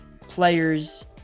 players